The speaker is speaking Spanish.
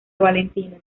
valentina